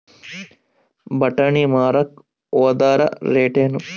ಬಟಾನಿ ಮಾರಾಕ್ ಹೋದರ ರೇಟೇನು?